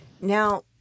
Now